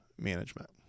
management